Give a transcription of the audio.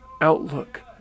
outlook